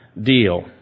deal